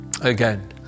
Again